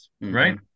right